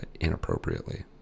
inappropriately